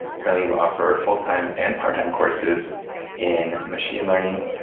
currently we offer full-time and part-time courses in machine learning,